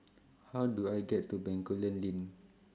How Do I get to Bencoolen LINK